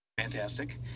Fantastic